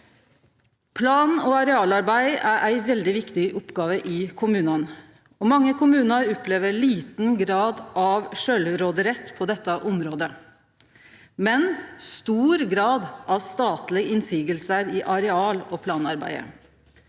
Plan- og arealarbeid er ei veldig viktig oppgåve i kommunane. Mange kommunar opplever liten grad av sjølvråderett på dette området, men stor grad av statlege motsegner i areal- og planarbeidet.